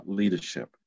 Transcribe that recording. leadership